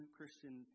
Christian